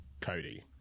Cody